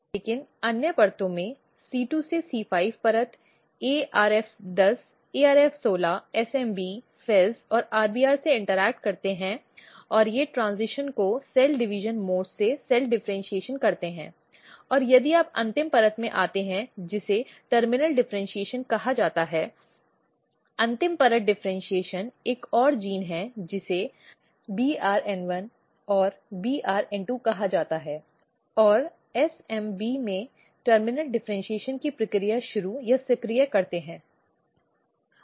लेकिन अन्य परतों में c 2 से c 5 परत ARF 10 ARF 16 SMB FEZ और RBR से इंटरेक्ट करते हैं और वे ट्रॅन्ज़िशन् को सेल विभाजन मोड से सेल डिफरेन्शीऐशन करते हैं और यदि आप अंतिम परत में आते हैं जिसे टर्मिनल डिफरेन्शीऐशन कहा जाता है अंतिम परत डिफरेन्शीऐशन एक और जीन है जिसे BRN1 और BRN2 कहा जाता है और SMB वे टर्मिनल डिफरेन्शीऐशन की प्रक्रिया शुरू या सक्रिय करते हैं